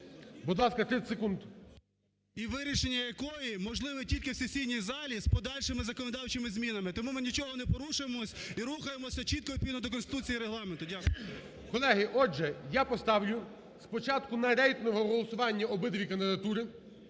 будь ласка, 30 секунд. КНЯЗЕВИЧ Р.П. … і вирішення якої можливе тільки в сесійній залі з подальшими законодавчими змінами. Тому ми нічого не порушуємо і рухаємося чітко відповідно до Конституції і Регламенту. Дякую. ГОЛОВУЮЧИЙ. Колеги, отже, я поставлю спочатку на рейтингове голосування обидві кандидатури.